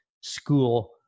school